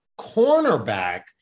cornerback